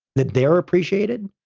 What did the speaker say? that they're appreciated,